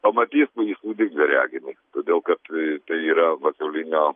įspūdingą reginį įspūdingą reginį todėl kad tai yra pasaulinio